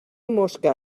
mosca